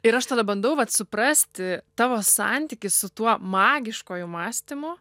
ir aš tada bandau vat suprasti tavo santykį su tuo magiškuoju mąstymu